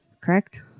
correct